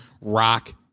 rock